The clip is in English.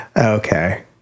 Okay